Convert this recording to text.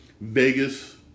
Vegas